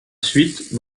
suite